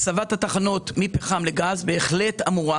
הסבת התחנות מפחם לגז בהחלט אמורה